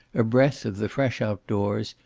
a breath of the fresh out-doors,